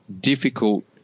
difficult